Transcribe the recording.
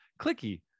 clicky